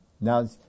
now